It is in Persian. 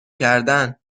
کردن